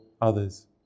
others